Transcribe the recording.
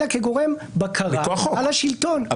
אלא כגורם בקרה על השלטון.